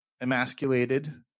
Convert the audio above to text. emasculated